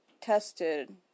tested